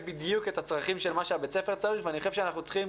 בדיוק את הצרכים של מה שבית הספר צריך ואני חושב שאנחנו צריכים